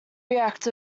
react